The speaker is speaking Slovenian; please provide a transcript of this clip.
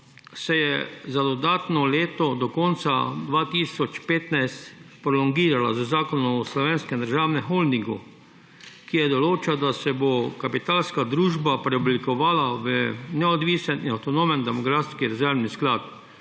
se je za dodatno leto, do konca 2015, prolongirala z Zakonom o slovenskem državnem holdingu, ki določa, da se bo Kapitalska družba preoblikovala v neodvisen in avtonomen demografski rezervni sklad